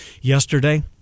yesterday